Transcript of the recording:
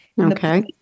Okay